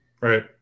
Right